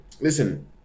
listen